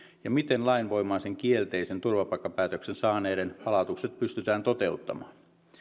ja miten lainvoimaisen kielteisen turvapaikkapäätöksen saaneiden palautukset pystytään toteuttamaan